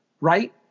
right